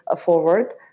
forward